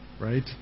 right